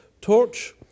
TORCH